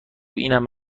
اینم